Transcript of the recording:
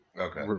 Okay